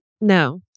No